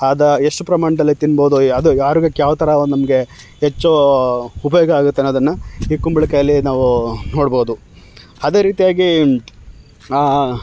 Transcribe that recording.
ಅದ ಎಷ್ಟು ಪ್ರಮಾಣದಲ್ಲಿ ತಿನ್ಬೋದು ಅದು ಆರೋಗ್ಯಕ್ಕೆ ಯಾವ ಥರ ನಮಗೆ ಹೆಚ್ಚೂ ಉಪಯೋಗ ಆಗುತ್ತೆ ಅನ್ನೋದನ್ನು ಈ ಕುಂಬಳಕಾಯಲ್ಲಿ ನಾವು ನೋಡ್ಬೋದು ಅದೇ ರೀತಿಯಾಗಿ